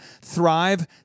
Thrive